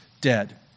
dead